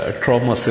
trauma